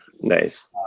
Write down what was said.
Nice